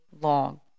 long